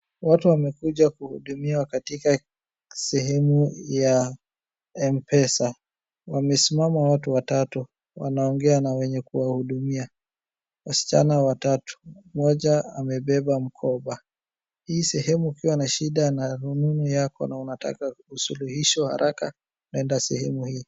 Watu wamekuja kuhudumiwa katika sehemu ya Mpesa. Wamesimama watu watatu, wanaongea na wenye kuwahudumia. Wasichana watatu, mmoja amebeba mkoba. Hii sehemu pia ni shida na rununu yako na unataka usuluhisho haraka unaenda sehemu hii.